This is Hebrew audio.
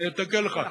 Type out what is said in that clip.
אני אתקן לך.